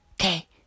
Okay